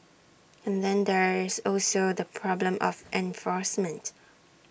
and then there is also the problem of enforcement